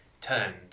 turned